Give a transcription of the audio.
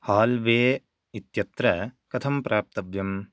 hall वे इत्यत्र कथं प्राप्तव्यम्